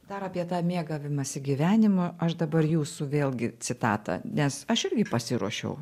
dar apie tą mėgavimąsi gyvenimu aš dabar jūsų vėlgi citatą nes aš irgi pasiruošiau